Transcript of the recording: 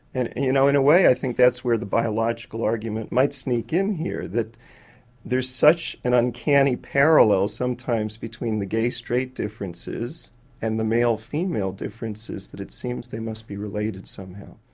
and women. you know in a way i think that's where the biological argument might sneak in here, that there's such an uncanny parallel sometimes between the gay straight differences and the male female differences that it seems they must be related somehow.